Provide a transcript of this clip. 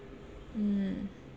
mm